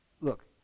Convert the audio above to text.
Look